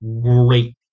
great